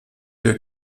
der